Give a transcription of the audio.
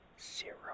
zero